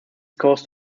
caused